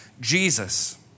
Jesus